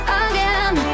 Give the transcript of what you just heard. again